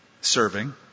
serving